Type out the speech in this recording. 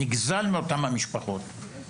נגזל מאותם המשפחות,